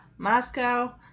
Moscow